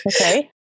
Okay